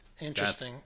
interesting